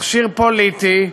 מכשיר פוליטי,